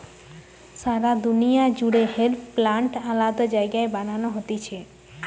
সারা দুনিয়া জুড়ে hemp plant আলাদা জায়গায় বানানো হতিছে